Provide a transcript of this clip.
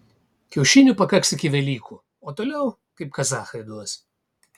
kiaušinių pakaks iki velykų o toliau kaip kazachai duos